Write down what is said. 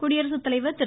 குடியரசுத்தலைவா் திரு